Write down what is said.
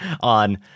on –